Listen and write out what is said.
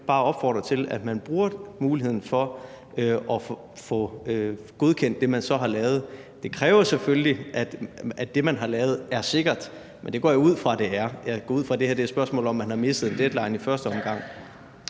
bare opfordre til, at man bruger muligheden for at få godkendt det, man så har lavet. Det kræver selvfølgelig, at det, man har lavet, er sikkert, men det går jeg ud fra at det er. Jeg går ud fra, at det her er et spørgsmål om, at man har misset en deadline i første omgang.